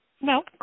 No